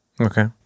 Okay